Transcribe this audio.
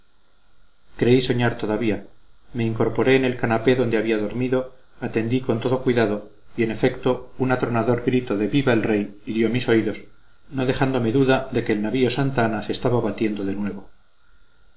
creí soñar todavía me incorporé en el canapé donde había dormido atendí con todo cuidado y en efecto un atronador grito de viva el rey hirió mis oídos no dejándome duda de que el navío santa ana se estaba batiendo de nuevo